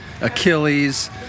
Achilles